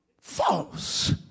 false